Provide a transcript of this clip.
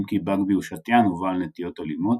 אם כי בגבי הוא שתיין ובעל נטיות אלימות,